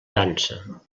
dansa